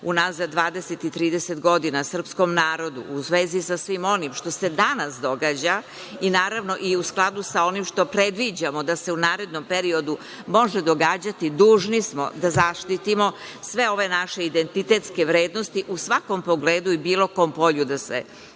unazad 20 i 30 godina srpskom narodu u vezi sa svim onim što se danas događa i u skladu sa onim što predviđamo da se u narednom periodu može događati, dužni smo da zaštitimo sve ove naše identitetske vrednosti u svakom pogledu i bilo kom polju da se